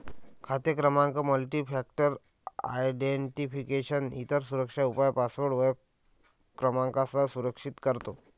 खाते क्रमांक multifactor identification, इतर सुरक्षा उपाय पासवर्ड ओळख क्रमांकासह संरक्षित करतो